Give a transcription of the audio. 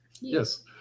Yes